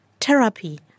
Therapy